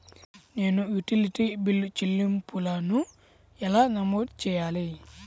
నేను utility bill చెల్లింపులను ఎలా నమోదు చేయాలి?